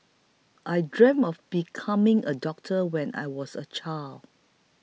I dreamt of becoming a doctor when I was a child